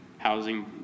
housing